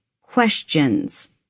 questions